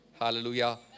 Hallelujah